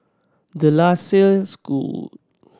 De La Salle School